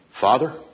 Father